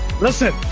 listen